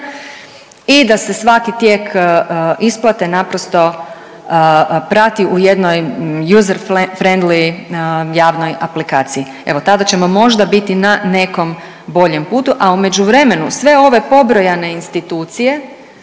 i da se svaki tijek isplate naprosto prati u jednoj user-friendly javnoj aplikaciji. Evo tada ćemo možda biti na nekom boljem putu, a u međuvremenu sve ove pobrojene institucije